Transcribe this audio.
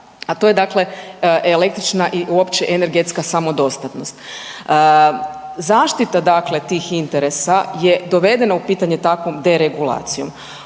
je dakle električna i uopće energetska samodostatnost. Zaštita dakle tih interesa je dovedena u pitanje takvom deregulacijom.